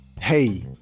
hey